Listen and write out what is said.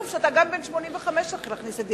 שגם בן 85 אתה צריך להכניס לדיאליזה.